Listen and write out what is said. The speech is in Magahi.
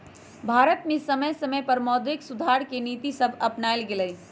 भारत में समय समय पर मौद्रिक सुधार के नीतिसभ अपानाएल गेलइ